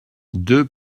deux